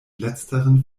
letzteren